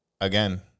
again